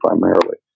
primarily